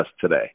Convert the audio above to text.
today